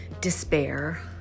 despair